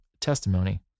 testimony